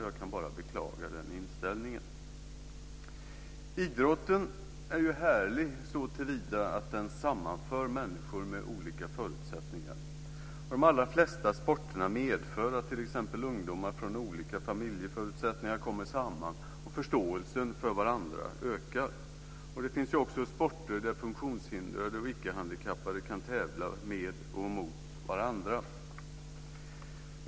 Jag kan bara beklaga den inställningen. Idrotten är härlig såtillvida att den sammanför människor med olika förutsättningar. De allra flesta sporterna medför att t.ex. ungdomar från olika familjeförutsättningar kommer samman, och förståelsen för varandra ökar. Det finns också sporter där funktionshindrade och icke-handikappade kan tävla med och mot varandra.